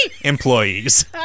Employees